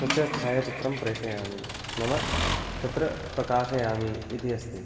स्वस्य छायाचित्रं प्रेषयामि नाम तत्र प्रकाशयामि इति अस्ति